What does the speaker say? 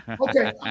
Okay